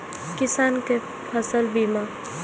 किसान कै फसल बीमा?